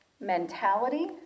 mentality